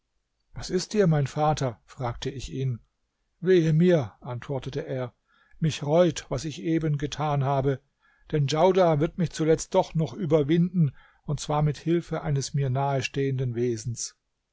was ist dir mein vater fragte ich ihn wehe mir antwortete er mich reut was ich eben getan habe denn djaudar wird mich zuletzt doch noch überwinden und zwar mit hilfe eines mir nahestehenden wesens